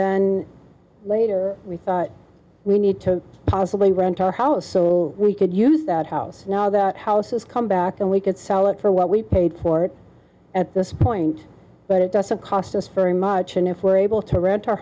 then later we thought we need to possibly rental house so we could use that house now that house has come back and we could sell it for what we paid for it at this point but it doesn't cost us very much and if we're able to rent our